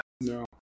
No